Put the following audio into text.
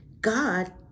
God